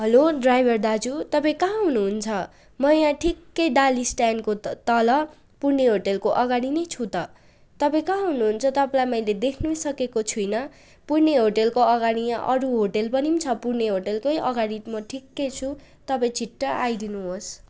hello driver दाजु तपाईँ कहाँ हुनुहुन्छ म यहाँ ठिकै डाली स्ट्यान्डको त तल पुर्णे होटलको अगाडि नै छु त तपाईँ कहाँ हुनुहुन्छ तपाईँलाई मैले देख्नै सकेको छुइनँ पुर्णे होटलको अगाडि यहाँ अरू होटल पनि छ पुर्णे होटलकै अगाडि म ठिकै छु तपाईँ छिट्टै आइदिनुहोस्